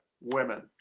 women